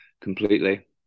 completely